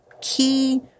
key